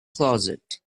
closet